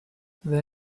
then